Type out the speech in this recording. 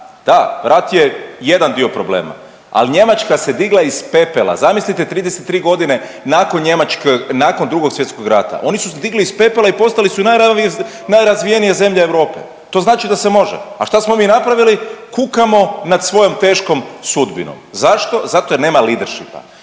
da rat je jedan dio problema, ali Njemačka se digla iz pepela, zamislite 33 godine nakon Drugog svjetskog rata oni su se digli iz pepela i postali su najrazvijenija zemlja Europe, to znači da se može. A šta smo mi napravili? Kukamo nad svojom teškom sudbinom. Zašto? Zato jer nema leadershipa,